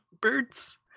birds